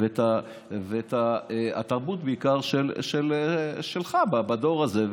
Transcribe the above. בעיקר שלך, בדור הזה.